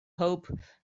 hope